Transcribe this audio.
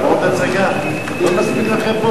ההצעה שלא לכלול את הנושא בסדר-היום של הכנסת